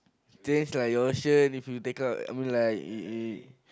stains like your shirt if you take out I mean like if if